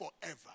forever